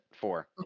Four